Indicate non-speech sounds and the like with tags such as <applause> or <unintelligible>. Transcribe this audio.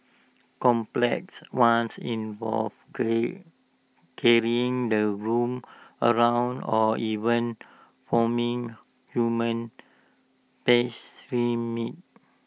complex ones involve <unintelligible> carrying the groom around or even forming <noise> human pyramids